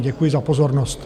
Děkuji za pozornost.